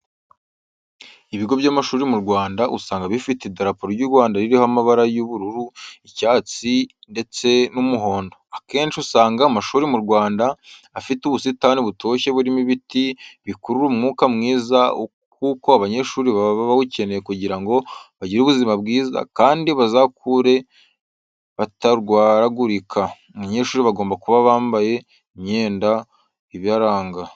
Ibigo by'amashuri mu Rwanda usanga bifite idarapo ry'u Rwanda ririmo amabara y'ubururu, icyatsi, ndetse n'umuhondo. Akenshi usanga amashuri mu Rwanda afite ubusitani butoshye burimo ibiti bikurura umwuka mwiza kuko abanyeshuri baba bawukeneye kugira ngo bagire ubuzima bwiza kandi bazakure batarwaragurika. Abanyeshuri bagomba kuba bampaye imyenda ibaranga.